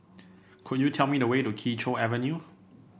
could you tell me the way to Kee Choe Avenue